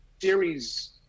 series